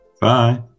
Bye